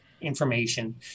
information